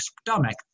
stomach